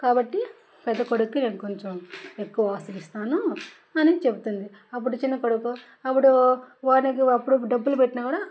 కాబట్టి పెద్ద కొడుకుకే నేను కొంచెం ఎక్కువ ఆస్తులు ఇస్తాను అని చెబుతుంది అప్పుడు చిన్న కొడుకు అప్పుడూ వాడికి అప్పుడు డబ్బులు పెట్టినా కూడా